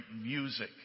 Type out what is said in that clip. music